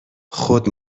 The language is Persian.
خود